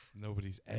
nobody's